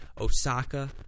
Osaka